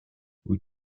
wyt